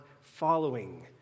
following